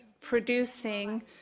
producing